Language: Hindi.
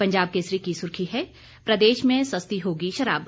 पंजाब केसरी की सुर्खी है प्रदेश में सस्ती होगी शराब